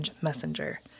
Messenger